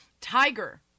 Tiger